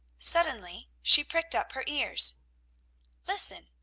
suddenly she pricked up her ears listen,